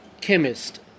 chemist